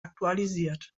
aktualisiert